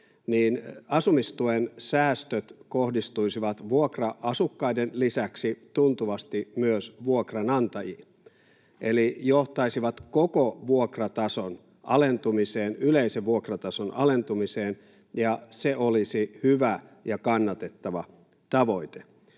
niin asumistuen säästöt kohdistuisivat vuokra-asukkaiden lisäksi tuntuvasti myös vuokranantajiin eli johtaisivat koko yleisen vuokratason alentumiseen, ja se olisi hyvä ja kannatettava tavoite.